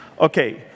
Okay